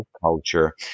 culture